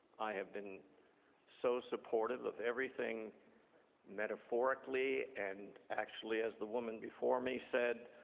i have been so supportive of everything metaphorically and actually as the woman before me said,